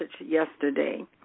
yesterday